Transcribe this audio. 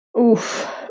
Oof